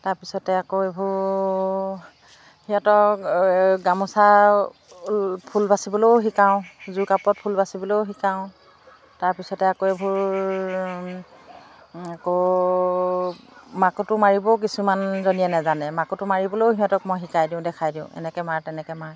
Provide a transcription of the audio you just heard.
তৰপিছতে আকৌ এইবোৰ সিহঁতক গামোচা ফুল বাচিবলৈও শিকাওঁ যোৰ কাপত ফুল বাচিবলৈও শিকাওঁ তাৰপিছতে আকৌ এইবোৰ আকৌ মাকোটো মাৰিবও কিছুমানজনীয়ে নাজানে মাকোটো মাৰিবলৈও সিহঁতক মই শিকাই দিওঁ দেখাই দিওঁ এনেকৈ মাৰ তেনেকৈ মাৰ